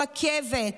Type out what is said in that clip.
רכבת.